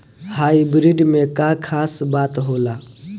Hybrid में का खास बात होला?